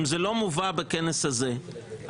אם זה לא מובא בכנס הזה,